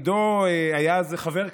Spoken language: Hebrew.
שתפקידו אז היה חבר כנסת,